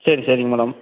சரி சரிங்க மேடம்